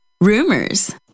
rumors